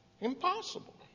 Impossible